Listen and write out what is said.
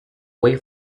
away